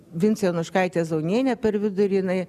vincė jonuškaitė zaunienė per vidurį jinai